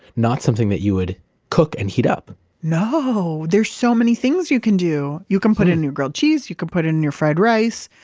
not something that you would and heat up no, there's so many things you can do. you can put it in your grilled cheese. you can put it in your fried rice.